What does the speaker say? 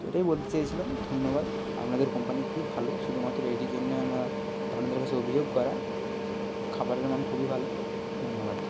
তো এটাই বলতে চেয়েছিলাম ধন্যবাদ আপনাদের কোম্পানি খুবই ভালো শুধুমাত্র এটির জন্যে আমরা আপনাদের কাছে অভিযোগ করা খাবারের মান খুবই ভালো ধন্যবাদ